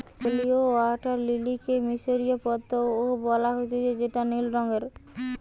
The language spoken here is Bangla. ব্লউ ওয়াটার লিলিকে মিশরীয় পদ্ম ও বলা হতিছে যেটা নীল রঙের